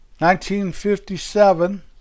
1957